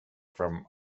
from